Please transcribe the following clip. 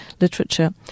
literature